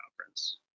conference